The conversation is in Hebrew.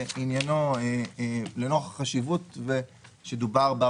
לאור החשיבות שדובר עליה